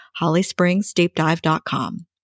hollyspringsdeepdive.com